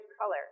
color